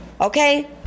okay